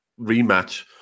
rematch